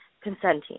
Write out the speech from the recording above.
consenting